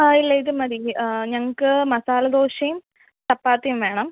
ആ ഇല്ല ഇത് മതി ഞങ്ങൾക്ക് മസാല ദോശയും ചപ്പാത്തിയും വേണം